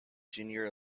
junior